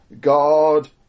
God